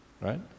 right